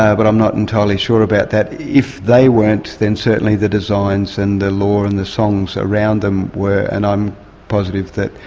but i'm not entirely sure about that. if they weren't then certainly the designs and the law and the songs around them were, and i'm positive that,